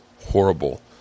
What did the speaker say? horrible